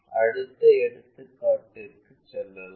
அடுத்த எடுத்துக்காட்டுக்கு செல்லலாம்